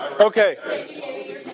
Okay